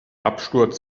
absturz